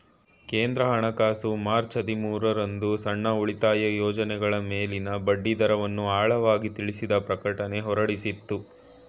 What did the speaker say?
ಕೇಂದ್ರ ಹಣಕಾಸು ಮಾರ್ಚ್ ಹದಿಮೂರು ರಂದು ಸಣ್ಣ ಉಳಿತಾಯ ಯೋಜ್ನಗಳ ಮೇಲಿನ ಬಡ್ಡಿದರವನ್ನು ಆಳವಾಗಿ ತಿಳಿಸಿದ ಪ್ರಕಟಣೆ ಹೊರಡಿಸಿತ್ತು